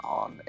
on